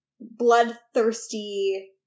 bloodthirsty